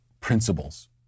principles